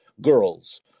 girls